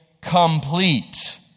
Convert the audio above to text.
complete